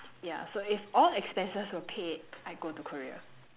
yeah so if all expenses were paid I go to Korea